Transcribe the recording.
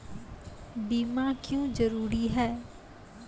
बीमा क्यों जरूरी हैं?